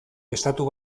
estatu